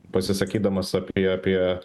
pasisakydamas apie apie